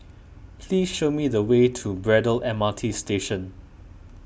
please show me the way to Braddell M R T Station